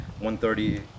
1.30